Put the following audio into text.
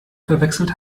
verwechselt